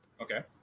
Okay